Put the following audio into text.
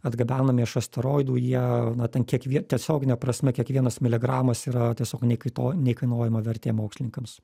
atgabenami iš asteroidų jie na ten kiek jie tiesiogine prasme kiekvienas miligramas yra tiesiog nekaito neįkainojama vertė mokslininkams